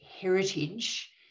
heritage